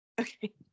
Okay